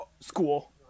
school